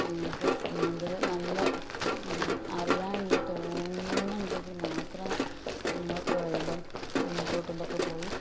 നിങ്ങൾക്ക് നീന്തൽ നല്ല അറിയാം എന്ന് തോന്നുന്നുണ്ടെങ്കിൽ മാത്രം നിങ്ങൾ പുഴയിലും തോട്ടിലുമൊക്കെ പോയി